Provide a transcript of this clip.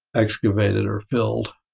excavated or filled.